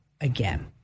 again